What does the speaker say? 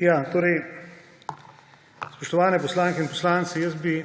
VIZJAK:** Spoštovani poslanke in poslanci, jaz bi